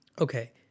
okay